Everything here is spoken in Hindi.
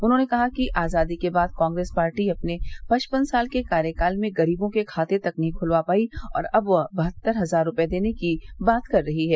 उन्होंने कहा कि आजादी के बाद कांग्रेस पार्टी अपने पचपन साल के कार्यकाल में गरीबों के खाते तक नहीं खुलवा पाई और अब वह बहत्तर हजार रूपये देने की बात कह रही है